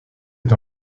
est